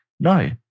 No